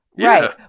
Right